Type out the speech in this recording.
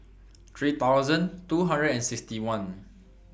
three thousand two hundred and sixty one